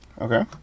Okay